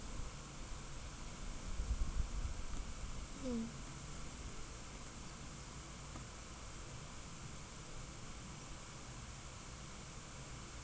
mm